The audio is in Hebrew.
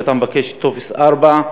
ואתה מבקש טופס 4,